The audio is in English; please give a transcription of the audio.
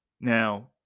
Now